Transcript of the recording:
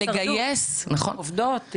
והן גם בהישרדות, עובדות.